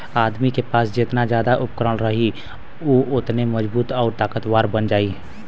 आदमी के पास जेतना जादा उपकरण रही उ ओतने मजबूत आउर ताकतवर बन जाई